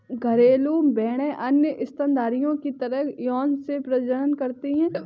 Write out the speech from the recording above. घरेलू भेड़ें अन्य स्तनधारियों की तरह यौन रूप से प्रजनन करती हैं